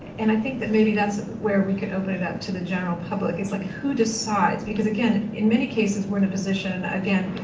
and i think that maybe that's where we can open it up to the general public, it's like who decides? because, again, in many cases we're in a position again,